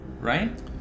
right